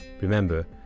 Remember